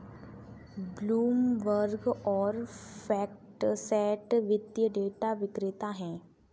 Bloomberg और FactSet वित्तीय data विक्रेता हैं